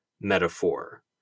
metaphor